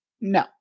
No